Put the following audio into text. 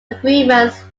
agreements